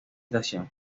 estación